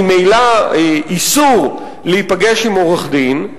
עליהם איסור להיפגש עם עורך-דין,